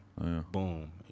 Boom